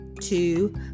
two